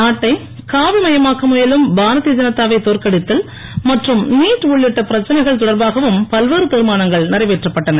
நாட்டை காவி மயமாக்க முயலும் பாரதீய ஜனதாவை தோற்கடித்தல் மற்றும் நீட் உள்ளிட்ட பிரச்சனைகள் தொடர்பாகவும் பல்வேறு தீர்மானங்கள் நிறைவேற்றப்பட்டன